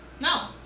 No